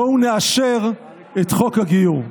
בואו נאשר את חוק הגיור.